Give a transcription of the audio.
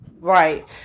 right